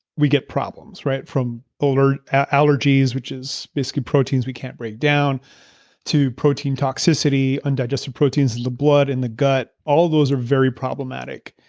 we get problems, right? from allergies, which is basically proteins we can't break down to protein toxicity, undigested proteins in the blood, in the gut. all those are very problematic.